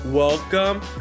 Welcome